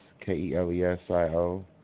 K-E-L-E-S-I-O